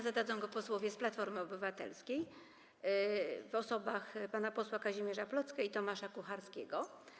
Zadadzą je posłowie z Platformy Obywatelskiej w osobach pana posła Kazimierza Plocke i Tomasza Kucharskiego.